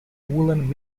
woollen